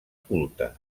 culte